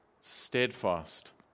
steadfast